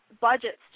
budgets